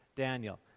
Daniel